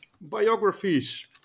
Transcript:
biographies